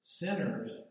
sinners